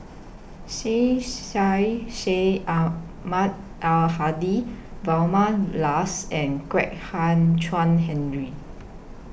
Syed Sheikh Syed Ahmad Al Hadi Vilma Laus and Kwek Hian Chuan Henry